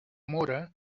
mora